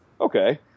okay